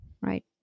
right